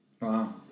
Wow